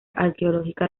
arqueológica